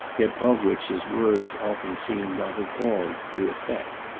yet of which his words often seemed not at all the effect.